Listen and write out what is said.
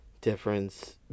difference